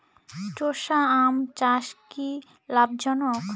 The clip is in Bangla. চোষা আম চাষ কি লাভজনক?